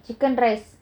chicken breast